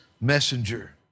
messenger